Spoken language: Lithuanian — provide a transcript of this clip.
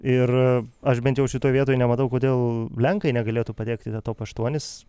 ir aš bent jau šitoj vietoj nematau kodėl lenkai negalėtų patekti į tą top aštuonis